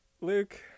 Luke